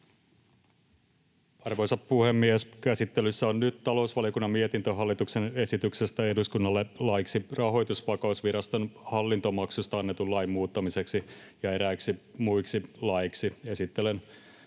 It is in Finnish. Arvoisa puhemies! Käsittelyssä on nyt talousvaliokunnan mietintö hallituksen esityksestä eduskunnalle laiksi Rahoitusvakausviraston hallintomaksusta annetun lain muuttamiseksi ja eräiksi muiksi laeiksi. Esittelen